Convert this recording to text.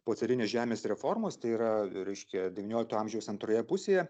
po carinės žemės reformos tai yra reiškia devyniolikto amžiaus antroje pusėje